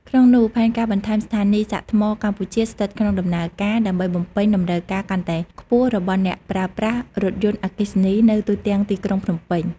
ក្នុងនោះ ផែនការបន្ថែមស្ថានីយ៍សាកថ្មកំពុងស្ថិតក្នុងដំណើរការ ដើម្បីបំពេញតម្រូវការកាន់តែខ្ពស់របស់អ្នកប្រើប្រាស់រថយន្តអគ្គីសនីនៅទូទាំងទីក្រុងភ្នំពេញ។